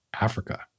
Africa